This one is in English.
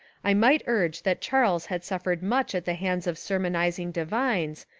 i might urge that charles had suffered much at the hands of sermonising divines,